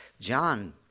John